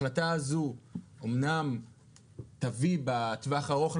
ההחלטה הזו אמנם תביא בטווח הארוך,